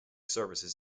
services